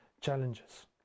challenges